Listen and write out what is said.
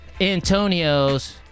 Antonio's